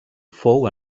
fou